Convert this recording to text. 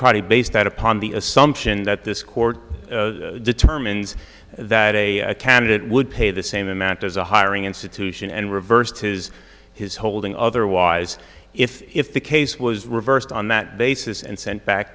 hardy based upon the assumption that this court determines that a candidate would pay the same amount as a hiring institution and reversed his his holding otherwise if the case was reversed on that basis and sent back